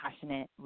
passionate